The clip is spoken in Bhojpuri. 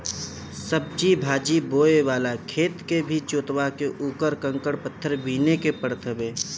सब्जी भाजी बोए वाला खेत के भी जोतवा के उकर कंकड़ पत्थर बिने के पड़त हवे